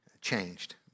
changed